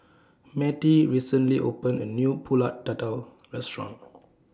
Mattie recently opened A New Pulut Tatal Restaurant